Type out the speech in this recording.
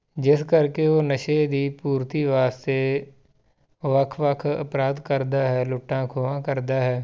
ਜਿਸ ਕਰਕੇ ਉਹ ਨਸ਼ੇ ਦੀ ਪੂਰਤੀ ਵਾਸਤੇ ਵੱਖ ਵੱਖ ਅਪਰਾਧ ਕਰਦਾ ਹੈ ਲੁੱਟਾ ਖੋਹਾਂ ਕਰਦਾ ਹੈ